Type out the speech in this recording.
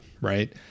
right